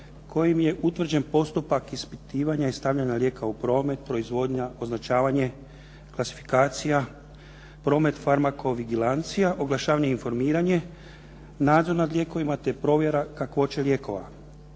kojim je utvrđen postupak ispitivanja i stavljanja lijeka u promet, proizvodnja, označavanje, klasifikacija, promet farmakovigilancija, oglašavanje, informiranje, nadzor nad lijekovima te provjera kakvoće lijekova.